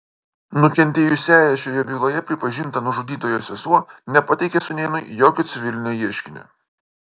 nukentėjusiąja šioje byloje pripažinta nužudytojo sesuo nepateikė sūnėnui jokio civilinio ieškinio